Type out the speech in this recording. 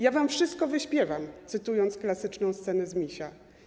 Ja wam wszystko wyśpiewam” - cytując klasyczną scenę z „Misia”